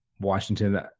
Washington